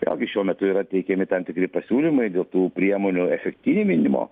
vėlgi šiuo metu yra teikiami tam tikri pasiūlymai dėl tų priemonių efektyvinimo